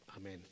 amen